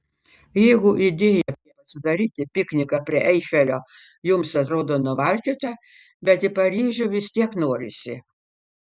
jeigu idėja pasidaryti pikniką prie eifelio jums atrodo nuvalkiota bet į paryžių vis tiek norisi